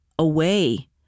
Away